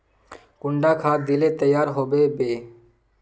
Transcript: कुंडा खाद दिले तैयार होबे बे?